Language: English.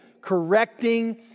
correcting